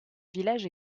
village